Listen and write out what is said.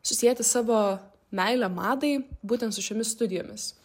susieti savo meilę madai būtent su šiomis studijomis